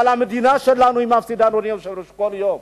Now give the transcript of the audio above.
אבל המדינה שלנו מפסידה, אדוני היושב-ראש, כל יום.